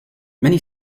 many